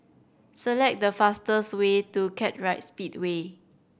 select the fastest way to Kartright Speedway